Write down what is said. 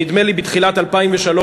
נדמה לי שבתחילת 2003,